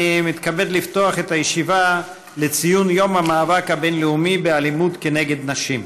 אני מתכבד לפתוח את הישיבה לציון יום המאבק באלימות כלפי נשים,